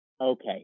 Okay